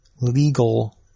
legal